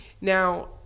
Now